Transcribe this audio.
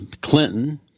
Clinton